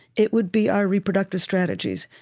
it would be our reproductive strategies.